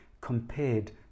compared